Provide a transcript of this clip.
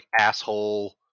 asshole